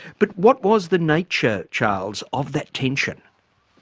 but what was the nature charles, of that tension?